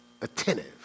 attentive